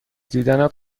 دیدنت